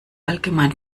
allgemein